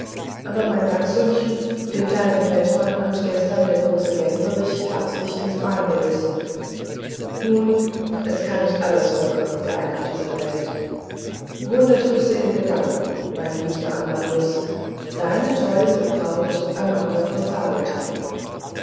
aber mein dachshündchen den kleinen feldmann hat gestern der große gänsericht garstig ins bein gebissen nun es kann nicht alles vollkommen sein auf dieser welt hundert küsse in gedanken mein liebster amandus deine treueste braut anna von